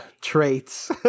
traits